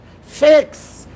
Fix